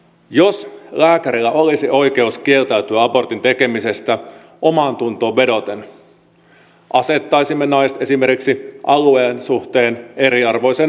jos lääkärillä olisi oikeus kieltäytyä abortin tekemisestä omaantuntoon vedoten asettaisimme naiset esimerkiksi alueen suhteen eriarvoiseen asemaan